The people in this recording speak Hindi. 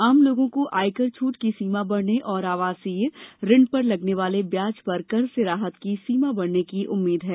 आम लोगों को आयकर छूट की सीमा बढ़ने और आवासीय ऋण पर लगने वाले ब्याज पर कर से राहत की सीमा बढ़ने की उम्मीद है